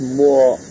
more